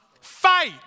Fight